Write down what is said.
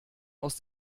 aus